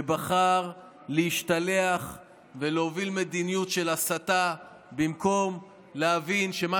שבחר להשתלח ולהוביל מדיניות של הסתה במקום להבין שמה